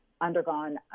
undergone